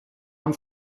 man